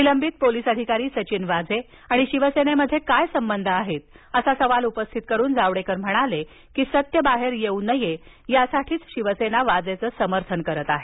निलंबित पोलीस अधिकारी सचिन वाजे आणि शिवसेनेत काय संबंध आहेत असा सवाल उपस्थित करून जावडेकर म्हणाले की सत्य बाहेर येऊ नये यासाठीच शिवसेना वाजेचं समर्थन करत आहे